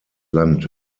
land